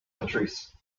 patrese